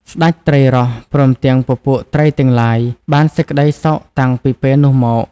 ស្តេចត្រីរ៉ស់ ព្រមទាំងពពួកត្រីទាំងឡាយ បានសេចក្តីសុខតាំងពីពេលនោះមក។